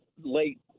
late